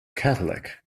catholic